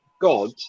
God